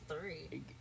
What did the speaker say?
three